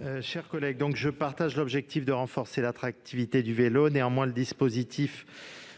moi aussi qu'il faut renforcer l'attractivité du vélo. Néanmoins, le dispositif